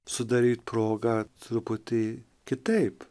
sudaryti progą truputį kitaip